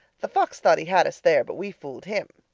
the fox thought he had us there, but we fooled him.